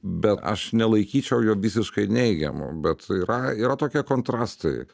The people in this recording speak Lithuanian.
bet aš nelaikyčiau jo visiškai neigiamu bet yra yra tokie kontrastai